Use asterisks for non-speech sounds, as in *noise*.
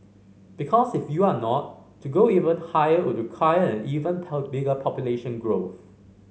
because if you are not to go even higher would require an even *unintelligible* bigger population growth